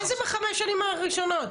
מה זה בחמש שנים הראשונות?